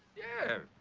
yeah.